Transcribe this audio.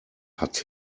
hat